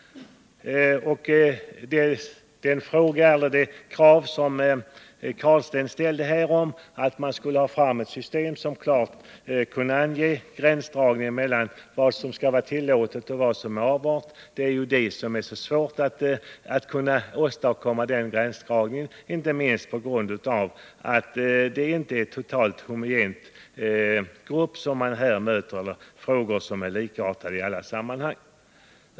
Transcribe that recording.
Det krav som Rune Carlstein ställde på att man skulle arbeta fram ett system, som klart angav gränsen mellan vad som är tillåtet och vad som är avart, är svårt att tillgodose, inte minst på grund av att frågorna inte likartade i alla sammanhang.